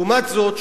לעומת זאת,